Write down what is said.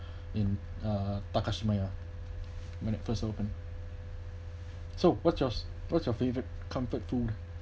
in uh takashimaya when it first opened so what's your what's your favourite comfort food